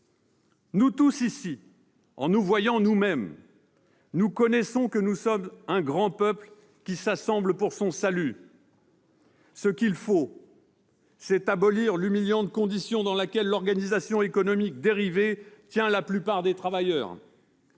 Nous tous, ici, en nous voyant nous-mêmes, nous connaissons que nous sommes un grand peuple qui s'assemble pour son salut. « Ce qu'il faut, c'est abolir l'humiliante condition dans laquelle l'organisation économique dérivée tient la plupart des travailleurs.